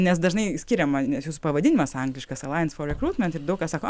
nes dažnai skiriama nes jūsų pavadinimas angliškas alliance for recruitment ir daug kas sako